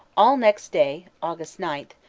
all next day, aug. nine,